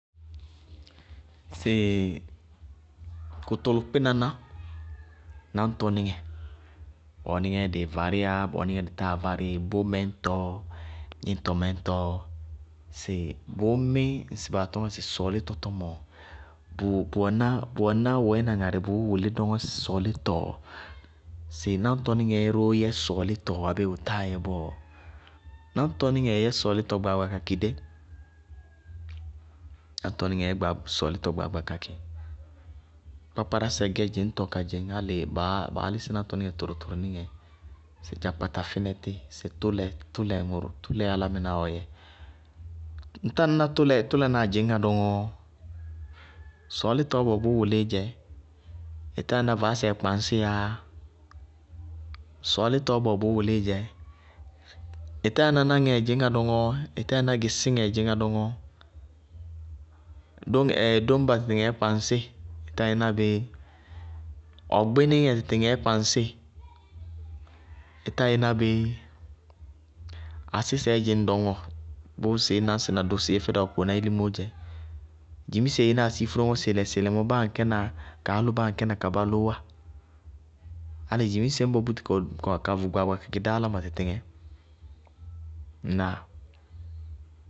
Sɩ kʋtʋlʋkpɩnaná, náñtɔnɩŋɛ, bɔɔ nɩŋɛɛ dɩɩ varíyá bɔɔ nɩŋɛɛ dí yáa dɩ táa várɩí bómɛ ñtɔɔ, gníñtɔmɛ ñtɔɔ, sɩ bʋʋ mí ŋsɩ baa tɔñŋá sɩ sɔʋlítɔ tɔmɔɔ, bʋ wɛná wɛɛna ŋarɩ bʋʋ wʋlína dɔŋɔ sɔɔlítɔɔ? Sɩ náñtɔnɩŋɛ róó yɛ sɔɔlítɔɔ abéé bʋtáa yɛ bɔɔ? Náñtɔníŋɛɛ yɛ sɔɔlítɔ gbaagba kakɩ dé, náñtɔníŋɛɛ yɛ sɔɔlítɔ gbaagba kakɩ. Kpákpárásɛ gɛ dzɩñtɔ ka dzɩŋ álɩ baá lísɩ náñtɔ tʋrʋtʋrʋ níŋɛ: sɩ dzakpata fínɛ tí, sɩ tʋlɛ, rʋlɛ ŋʋrʋ, tʋlɛ álámɩnáá ɔ yɛ ŋtá ŋñná tʋlɛ tʋlanáa dzɩñŋá doŋɔɔ? Sɔʋlítɔɔ bʋwɛ bʋʋ wʋlíí dzɛ, ɩ tá ɩí ná vaásɛɛ kpaŋsíyáá? Sɔʋlítɔɔ bʋwɛ bʋʋ wʋlíí dzɛ, ɩtá ɩí ná náŋɛɛ dzɩñŋá dɔŋɔɔ? Ɩtá ɩí ná gɩsíŋɛɛ dzɩñŋá dɔŋɔɔ? Dóñ dóñba tɩtɩŋɛɛ kpaŋsɩ ɩtá ɩí ná bɩí? Ɔgbíníŋɛ tɩtɩŋɛɛ kpaŋsɩ, ɩtá ɩí ná bɩí? Asísɛɛ dzíŋ dɔŋɔɔ bʋʋ sɩí náñsɩ na dʋ sɩí yɛ fɛdʋ akokoná ilimóó dzɛ, dzimise ɩɩnáa sɩí fú dɔŋɔ sɩɩlɛ-sɩɩlɛ mɔɔ, báa aŋkɛ na kaálʋ báa aŋkɛ na ka bálʋʋwá, álɩ dzimise ñbɔ búti ka vʋ gbaagba kakɩ dá áláma tɩtɩŋɛ, ŋnáa?